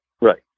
Right